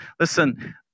Listen